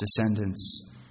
descendants